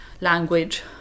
language